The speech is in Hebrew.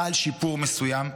חל שיפור מסוים,